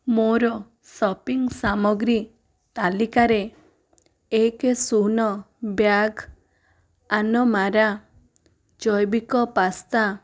ମୋର ସପିଂ ସାମଗ୍ରୀ ତାଲିକାରେ ଏକ ଶୂନ ବ୍ୟାଗ୍ ଆନମାରା ଜୈବିକ ପାସ୍ତା